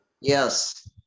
yes